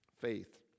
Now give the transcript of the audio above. faith